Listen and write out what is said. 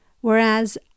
whereas